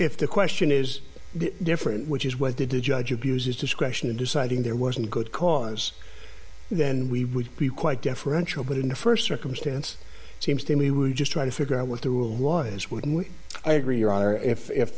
if the question is different which is why did the judge abuses discretion to deciding there wasn't good cause then we would be quite deferential but in the st circumstance it seems to me we just try to figure out what the